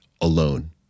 alone